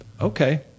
okay